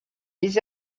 des